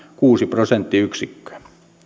kuusi prosenttiyksikköä